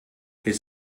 his